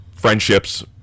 Friendships